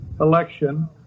election